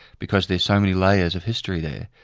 because there's so many layers of history there.